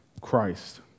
Christ